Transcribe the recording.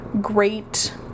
great